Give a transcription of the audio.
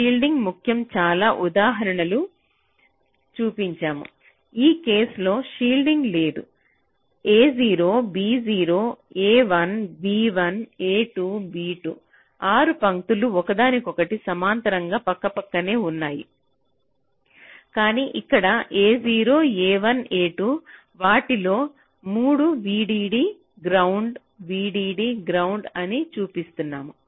shielding ముఖ్యం చాలా ఉదాహరణలు చూపించాను ఈ కేసు లో షీల్డింగ్ లేదు a0 b0 a1 b1 a2 b2 6 పంక్తులు ఒకదానికొకటి సమాంతరంగా పక్కపక్కనే ఉన్నాయి కానీ ఇక్కడ a0 a1 a2 వాటిలో 3 VDD గ్రౌండ్ VDD గ్రౌండ్ అని చూపిస్తున్నాను